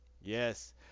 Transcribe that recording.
Yes